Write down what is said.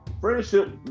friendship